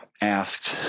asked